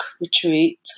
retreat